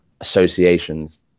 associations